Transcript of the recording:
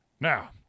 Now